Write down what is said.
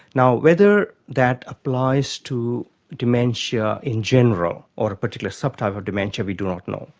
now, whether that applies to dementia in general or a particular subtype of dementia, we do not know.